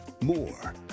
More